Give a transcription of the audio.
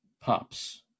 Pops